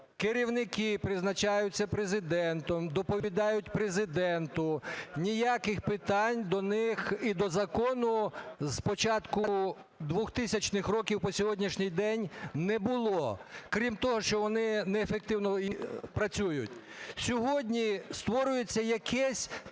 Керівники призначаються Президентом, доповідають Президенту, ніяких питань до них і до закону з початку 2000 років по сьогоднішній день не було, крім того, що вони неефективно працюють. Сьогодні створюється якесь